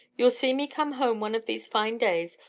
you'll see me come home, one of these fine days,